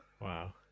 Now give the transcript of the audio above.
Wow